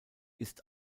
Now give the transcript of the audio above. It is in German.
ist